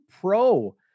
pro